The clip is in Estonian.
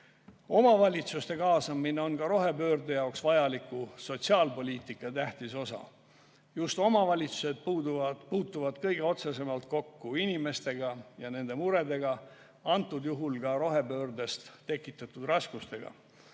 mehhanism. Omavalitsuste kaasamine on ka rohepöörde jaoks vajaliku sotsiaalpoliitika tähtis osa. Just omavalitsused puutuvad kõige otsesemalt kokku inimeste ja nende muredega, praegusel juhul ka rohepöörde tekitatud raskustega.